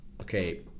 okay